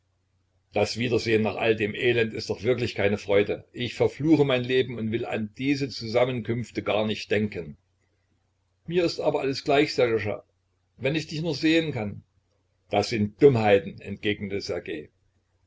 das wiedersehen nach all dem elend ist doch wirklich keine freude ich verfluche mein leben und will an diese zusammenkünfte gar nicht denken mir ist aber alles gleich sserjoscha wenn ich dich nur sehen kann das sind dummheiten entgegnete